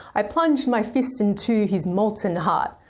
i plunged my fist into his molten heart.